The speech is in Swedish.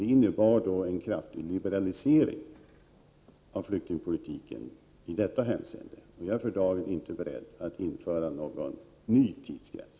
Den innebar en kraftig liberalisering av flyktingpolitiken i detta hänseende, och jag är för dagen inte beredd att införa någon ny tidsgräns.